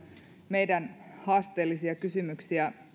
meidän haasteellisia kysymyksiämme